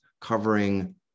covering